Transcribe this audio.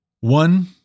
One